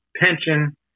pension